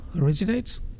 originates